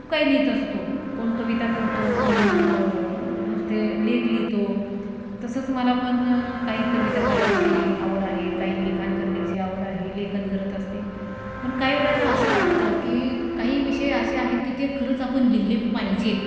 खूप काही लिहित असतो कोण कविता करतो कोण नुसते लेख लिहितो तसंच मला पण काही कविता करायची आवड आहे काही लिखाण करण्याची आवड आहे लेखन करत असते पण काही वेळेला असं वाटतं की काही विषय असे आहेत की ते खरंच आपण लिहिले पाहिजेत